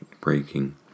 breaking